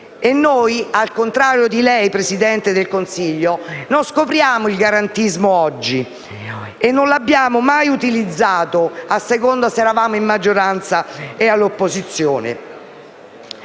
e noi, al contrario di lei, signor Presidente del Consiglio, non scopriamo il garantismo oggi, e non lo abbiamo mai utilizzato a seconda se eravamo in maggioranza o all'opposizione.